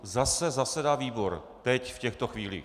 Zase zasedá výbor, teď, v těchto chvílích.